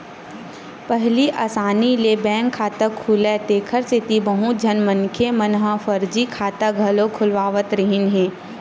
पहिली असानी ले बैंक खाता खुलय तेखर सेती बहुत झन मनखे मन ह फरजी खाता घलो खोलवावत रिहिन हे